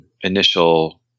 initial